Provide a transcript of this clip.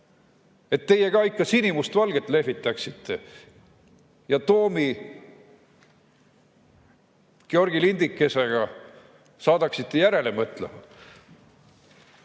et teie ka ikka sinimustvalget lehvitaksite ja Toomi Georgi lindikesega saadaksite järele mõtlema.